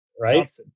right